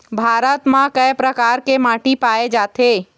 भारत म कय प्रकार के माटी पाए जाथे?